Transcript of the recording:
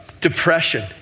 depression